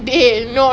no